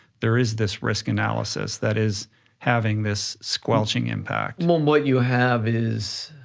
there is this risk analysis that is having this squelching impact. um what you have is,